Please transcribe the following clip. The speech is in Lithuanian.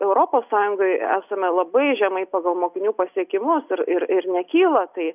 europos sąjungoj esame labai žemai pagal mokinių pasiekimus ir ir nekyla tai